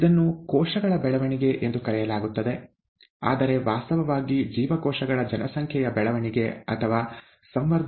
ಇದನ್ನು ಕೋಶಗಳ ಬೆಳವಣಿಗೆ ಎಂದು ಕರೆಯಲಾಗುತ್ತದೆ ಆದರೆ ವಾಸ್ತವವಾಗಿ ಜೀವಕೋಶಗಳ ಜನಸಂಖ್ಯೆಯ ಬೆಳವಣಿಗೆ ಅಥವಾ ಸಂವರ್ಧನ ಬೆಳವಣಿಗೆ ಎಂದರ್ಥ